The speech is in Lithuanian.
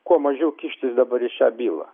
kuo mažiau kištis dabar šią bylą